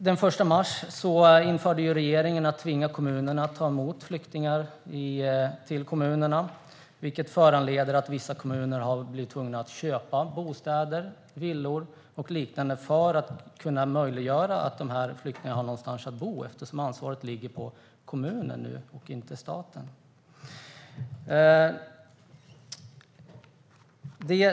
Den 1 mars införde regeringen ett tvång för kommunerna att ta emot flyktingar, vilket har tvingat vissa kommuner att köpa bostäder, villor och liknande, för att möjliggöra att flyktingarna har någonstans att bo. Ansvaret ligger nu alltså på kommunen och inte på staten.